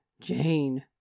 Jane